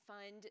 fund